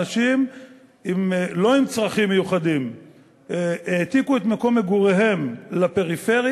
גם אנשים ללא ילדים עם צרכים מיוחדים העתיקו את מקום מגוריהם לפריפריה